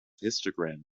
histogram